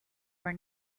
were